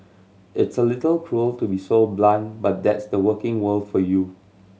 it's a little cruel to be so blunt but that's the working world for you